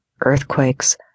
earthquakes